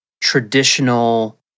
traditional